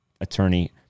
attorney